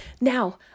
Now